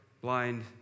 blind